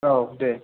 औ दे